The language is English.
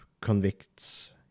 convicts